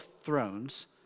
thrones